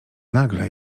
nagle